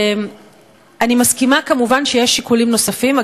אני מסכימה כמובן שיש שיקולים נוספים.